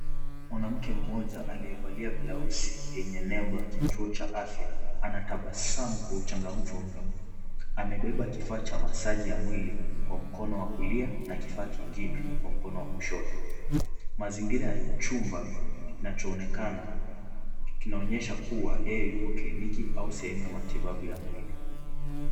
Mwanamke mmoja aliyevalia blausi yenye nembo ya kituo cha afya ametabasamu kwa uchangamfu mno. Amebeba kifaa cha masaji ya mwili kwa mkono wa kulia na kifaa kingine kwa mkono wa kushoto. Mazingira ya chumba kinachoonekana kinaonyesha kua yeye yuko kliniki au sehemu ya matibabu ya mwili.